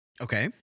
Okay